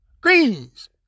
greens